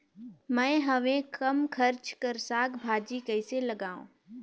मैं हवे कम खर्च कर साग भाजी कइसे लगाव?